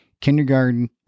kindergarten